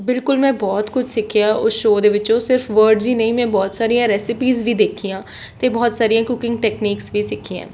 ਬਿਲਕੁਲ ਮੈਂ ਬਹੁਤ ਕੁਝ ਸਿੱਖਿਆ ਉਸ ਸ਼ੋਅ ਦੇ ਵਿੱਚ ਉਹ ਸਿਰਫ਼ ਵਰਡਸ ਹੀ ਨਹੀਂ ਮੈਂ ਬਹੁਤ ਸਾਰੀਆਂ ਰੈਸਿਪੀਸ ਵੀ ਦੇਖੀਆਂ ਅਤੇ ਬਹੁਤ ਸਾਰੀਆਂ ਕੁਕਿੰਗ ਟੈਕਨੀਕਸ ਵੀ ਸਿੱਖੀਆਂ